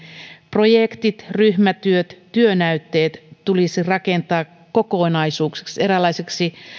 projektit ryhmätyöt työnäytteet tulisi rakentaa kokonaisuuksiksi eräänlaisiksi